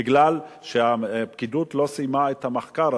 בגלל שהפקידות לא סיימה את המחקר,